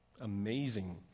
amazing